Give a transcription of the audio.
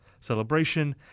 celebration